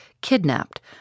kidnapped